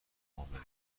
معامله